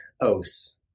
Os